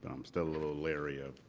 i'm still a little leery of